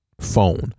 phone